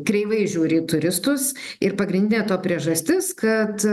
kreivai žiūri į turistus ir pagrindinė to priežastis kad